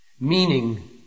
Meaning